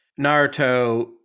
Naruto